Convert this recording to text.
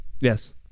yes